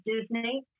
Disney